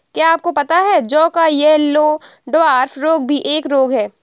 क्या आपको पता है जौ का येल्लो डवार्फ रोग भी एक रोग है?